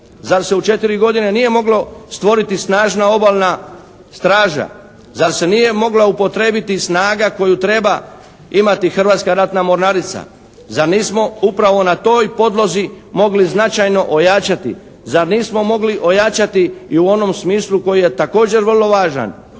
Zar se u četiri godine nije moglo stvoriti snažna obalna straža? Zar se nije mogla upotrijebiti snaga koju treba imati Hrvatska ratna mornarica? Zar nismo upravo na toj podlozi mogli značajno ojačati? Zar nismo mogli ojačati i u onom smislu koji je također vrlo važan,